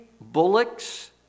bullocks